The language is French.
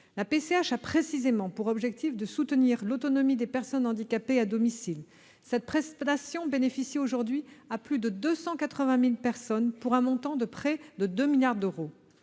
la PCH. Destinée à soutenir l'autonomie des personnes handicapées à domicile, cette prestation bénéficie aujourd'hui à plus de 280 000 personnes, pour un montant de près de 2 milliards d'euros.